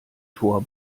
tor